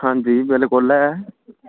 हां जी बिलकुल ऐ